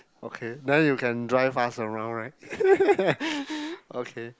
okay then you can drive fast around right okay